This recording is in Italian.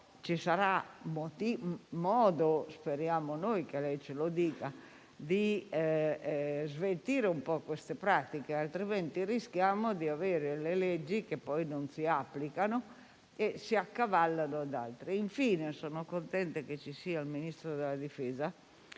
ci sarà modo - speriamo che ce lo dica - di sveltire queste pratiche; altrimenti, rischiamo di avere leggi che non si applicano e si accavallano ad altre. Infine, sono contenta che ci sia il Ministro della difesa,